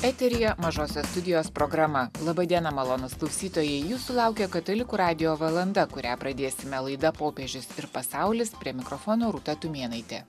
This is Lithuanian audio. eteryje mažosios studijos programa laba diena malonūs klausytojai jūsų laukia katalikų radijo valanda kurią pradėsime laida popiežius ir pasaulis prie mikrofono rūta tumėnaitė